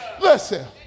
Listen